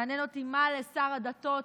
מעניין אותי מה לשר הדתות